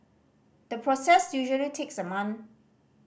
the process usually takes a month